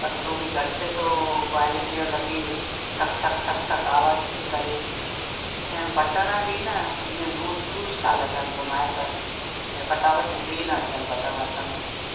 पतरो बि घटि थो क्वालिटी जो लॻे ठक ठक ठक ठक आवाज़ थी करे ऐं बटण बि न इएं लूज़ लूज़ था लॻनि घूमाए त ऐं फटाफट निकरी न अचनि बटण हथ में